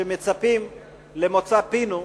שמצפים למוצא פינו,